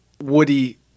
woody